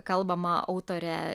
kalbama autorė